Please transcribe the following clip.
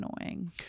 annoying